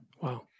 wow